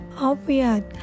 obvious